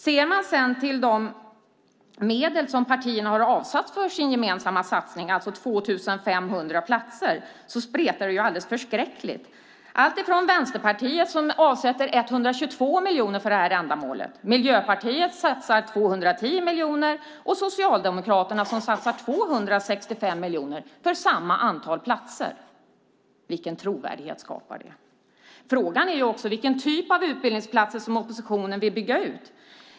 Ser man sedan till de medel som partierna har avsatt för sin gemensamma satsning, alltså 2 500 platser, kan man notera att det spretar alldeles förskräckligt, alltifrån Vänsterpartiet som avsätter 122 miljoner för detta ändamål till Miljöpartiet som satsar 210 miljoner och Socialdemokraterna som satsar 265 miljoner för samma antal platser. Vilken trovärdighet skapar det? Frågan är också vilken typ av utbildningsplatser som oppositionen vill bygga ut.